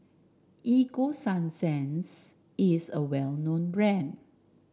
Ego Sunsense is a well known brand